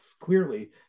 clearly